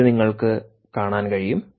ഇത് നിങ്ങൾക്ക് കാണാൻ കഴിയും